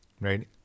right